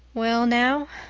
well now,